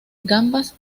gambas